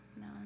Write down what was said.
No